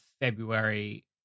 February